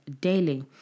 daily